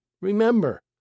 Remember